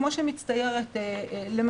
כמו שמצטיירת בדוח המינהל,